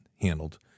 handled